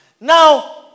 Now